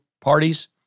parties